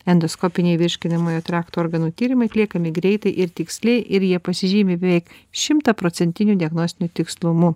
endoskopiniai virškinamojo trakto organų tyrimai atliekami greitai ir tiksliai ir jie pasižymi beveik šimtaprocentiniu diagnostiniu tikslumu